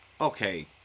Okay